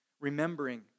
remembering